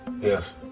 Yes